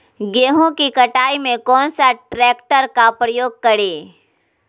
गेंहू की कटाई में कौन सा ट्रैक्टर का प्रयोग करें?